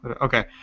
Okay